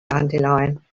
dandelion